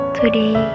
today